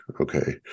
Okay